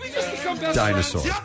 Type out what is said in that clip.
dinosaur